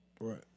Right